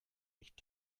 nicht